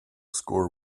score